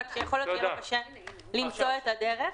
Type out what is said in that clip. רק יכול להיות שיהיה לו קשה למצוא את הדרך.